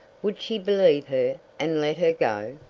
would she believe her, and let her go?